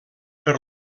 per